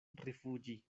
rifuĝi